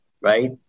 right